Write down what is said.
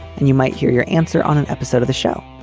and you might hear your answer on an episode of the show.